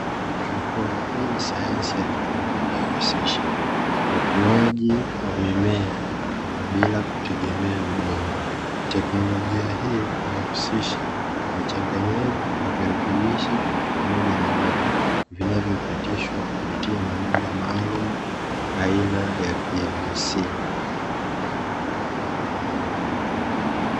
Haidroponi hii ni sayansi ya kilimo inayohusisha ukuaji wa mimea bila kutegemea udongo teknolojia hii inahusisha uchanganyaji wa virutubishi pamoja na maji vinavyopitishwa kupitia mabomba maalumu aina ya "pvc".